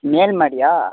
மேல் மாடியா